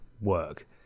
work